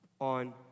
on